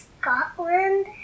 Scotland